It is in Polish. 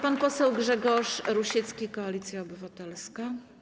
Pan poseł Grzegorz Rusiecki, Koalicja Obywatelska.